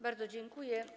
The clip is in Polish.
Bardzo dziękuję.